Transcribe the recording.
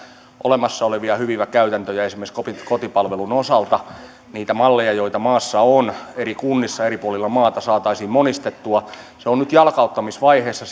olemassa olevia hyviä käytäntöjä esimerkiksi kotipalvelun osalta niitä malleja joita maassa on eri kunnissa eri puolilla maata saataisiin monistettua se on nyt jalkauttamisvaiheessa